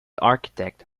architect